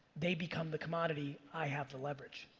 they become the commodity i have the leverage.